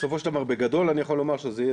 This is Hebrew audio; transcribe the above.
בסופו של דבר בגדול אני יכול לומר שזה יהיה